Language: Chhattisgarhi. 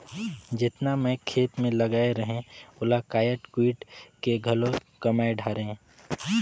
जेतना मैं खेत मे लगाए रहें ओला कायट कुइट के घलो कमाय डारें